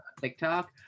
TikTok